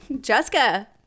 Jessica